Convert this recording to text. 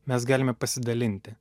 mes galime pasidalinti